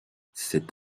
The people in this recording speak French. cet